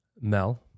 Mel